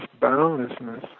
boundlessness